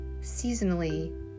seasonally